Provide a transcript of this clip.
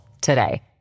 today